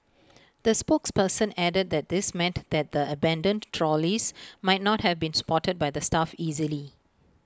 the spokesperson added that this meant that the abandoned trolleys might not have been spotted by the staff easily